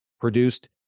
produced